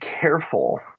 careful